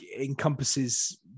encompasses